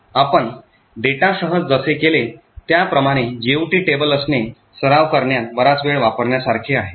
आपण डेटासह जसे केले त्याप्रमाणे जीओटी टेबल असणे सराव करण्यात बराच वेळ वापरण्यासारखे आहे